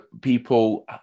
people